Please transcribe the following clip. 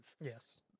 Yes